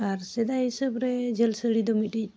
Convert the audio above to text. ᱟᱨ ᱥᱮᱫᱟᱭ ᱦᱤᱥᱟᱹᱵᱽ ᱨᱮ ᱡᱷᱟᱹᱞ ᱥᱟᱹᱲᱤ ᱫᱚ ᱢᱤᱫᱴᱤᱡ